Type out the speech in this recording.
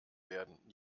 werden